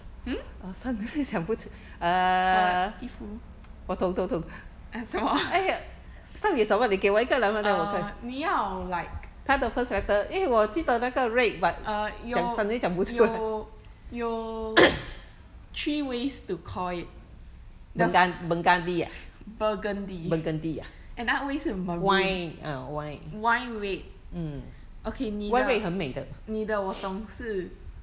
hmm 我的衣服什么 err 你要 like err 有有有 three ways to call it burgundy another way 是 maroon wine red okay 你的你的我懂是